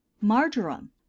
marjoram